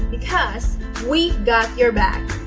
because we got your back!